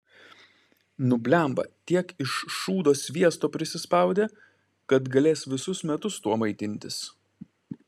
nu blemba tiek iš šūdo sviesto prisispaudė kad galės visus metus tuo maitintis